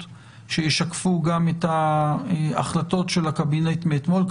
שישקפו גם את ההחלטות של הקבינט מאתמול.